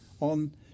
on